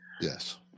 Yes